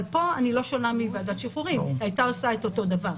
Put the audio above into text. אבל פה אני לא שונה מוועדת שחרורים שהייתה עושה את אותו דבר.